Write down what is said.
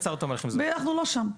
--- אנחנו לא שם.